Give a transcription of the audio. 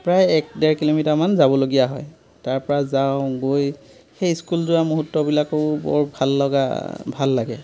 প্ৰায় এক ডেৰ কিলোমিটাৰমান যাবলগীয়া হয় তাৰপৰা যাওঁ গৈ সেই স্কুল যোৱা মূহূৰ্তবিলাকো বৰ ভাললগা ভাল লাগে